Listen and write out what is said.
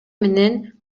менен